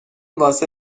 واسه